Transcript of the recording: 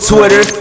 Twitter